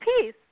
peace